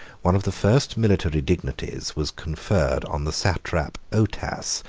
one of the first military dignities was conferred on the satrap otas,